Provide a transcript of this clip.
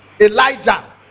Elijah